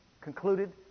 concluded